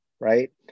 right